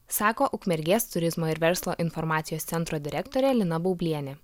sako ukmergės turizmo ir verslo informacijos centro direktorė lina baublienė